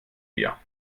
wir